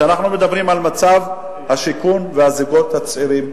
כשאנחנו מדברים על מצב השיכון והזוגות הצעירים,